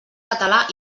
català